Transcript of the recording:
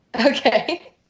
Okay